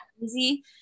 easy